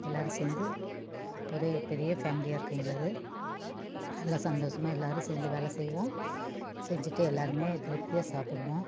எல்லாரும் சேர்ந்து ஒரே பெரிய ஃபேமிலியாக இருக்கும் எங்களுது நல்லா சந்தோசமாக எல்லாரும் சேர்ந்து வேலை செய்வோம் செஞ்சிட்டு எல்லாருமே திருப்தியாக சாப்பிடுவோம்